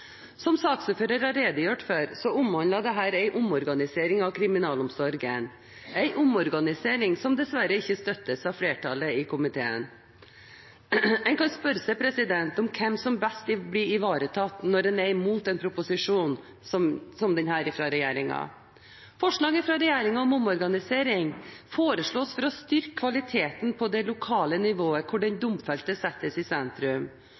Som saksordføreren har redegjort for, omhandler dette en omorganisering av kriminalomsorgen – en omorganisering som dessverre ikke støttes av flertallet i komiteen. En kan spørre seg om hvem som best blir ivaretatt når en er imot en proposisjon som denne fra regjeringen. Forslaget fra regjeringen om omorganisering foreslås for å styrke kvaliteten på det lokale nivået, hvor den domfelte settes i sentrum.